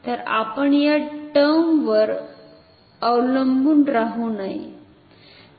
तर आपण या टर्मवर अवलंबून राहू नये